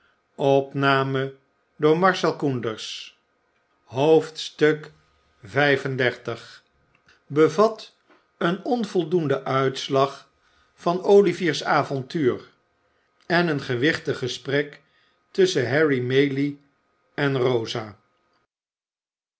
xxxv bbvat een onvoldoenden uitslag van olivier's avontuur en een gewichtig gesprek tusschen harry matlie en rosa